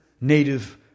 native